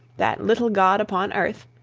that little god upon earth,